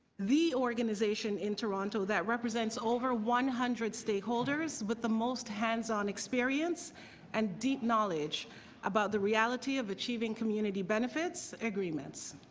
the organization in toronto that represents over one hundred stakeholders with the most hands on experience and deep knowledge about the reality of achieving community benefits agreements.